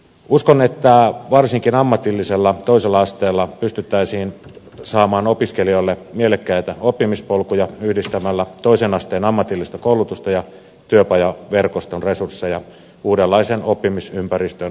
uskon että varsinkin ammatillisella toisella asteella pystyttäisiin saamaan opiskelijalle mielekkäitä oppimispolkuja yhdistämällä toisen asteen ammatillista koulutusta ja työpajaverkoston resursseja uudenlaisen oppimisympäristön perustamiseksi